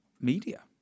media